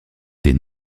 des